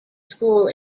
school